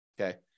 okay